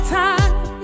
time